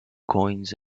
coins